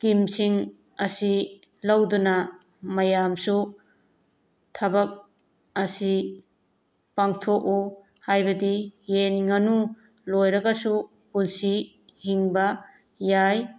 ꯁ꯭ꯀꯤꯝꯁꯤꯡ ꯑꯁꯤ ꯂꯧꯗꯨꯅ ꯃꯌꯥꯝꯁꯨ ꯊꯕꯛ ꯑꯁꯤ ꯄꯥꯡꯊꯣꯛꯎ ꯍꯥꯏꯕꯗꯤ ꯌꯦꯟ ꯉꯥꯅꯨ ꯂꯣꯏꯔꯒꯁꯨ ꯄꯨꯟꯁꯤ ꯍꯤꯡꯕ ꯌꯥꯏ